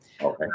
Okay